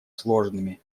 сложными